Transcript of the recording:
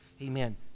Amen